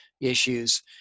issues